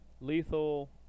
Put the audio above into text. Lethal